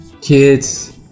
kids